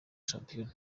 shampiyona